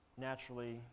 naturally